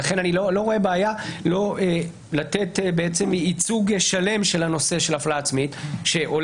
לכן אני לא רואה בעיה לתת ייצוג שלם של הנושא של הפללה עצמית שעולה